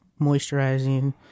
moisturizing